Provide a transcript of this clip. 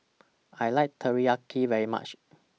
I like Teriyaki very much